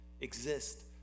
exist